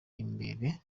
imbere